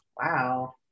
wow